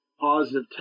positive